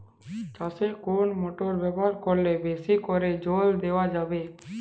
চাষে কোন মোটর ব্যবহার করলে বেশী করে জল দেওয়া যাবে?